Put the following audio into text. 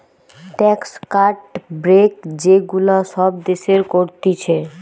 tax cut, break যে গুলা সব দেশের করতিছে